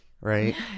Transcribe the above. right